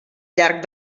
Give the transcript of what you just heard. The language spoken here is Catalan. llarg